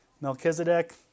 Melchizedek